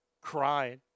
crying